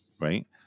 right